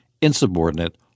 insubordinate